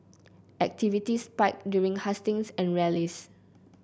activity spiked during hustings and rallies